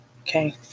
Okay